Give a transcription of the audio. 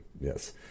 yes